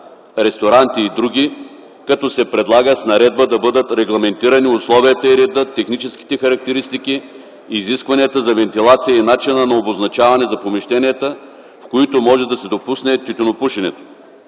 ресторанти и други, като се предлага с наредба да бъдат регламентирани условията и редът, техническите характеристики, изискванията за вентилация и начинът за обозначаване на помещенията, в които може да се допусне тютюнопушене.